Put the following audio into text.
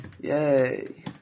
Yay